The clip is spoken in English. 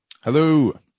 Hello